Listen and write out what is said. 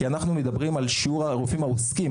אנחנו מדברים על שיעור הרופאים העוסקים,